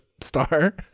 star